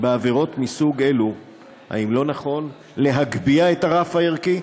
בעבירות מסוג זה לא נכון להגביה את הרף הערכי?